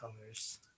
colors